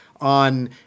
on